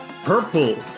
purple